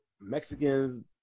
Mexicans